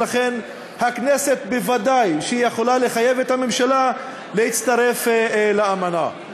ולכן הכנסת בוודאי יכולה לחייב את הממשלה להצטרף לאמנה.